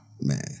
Man